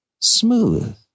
smooth